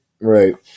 Right